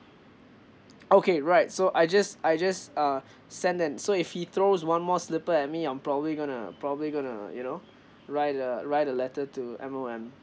okay right so I just I just uh send then so if he throws one more slipper at me I'm probably gonna probably gonna you know write a write a letter to M_O_M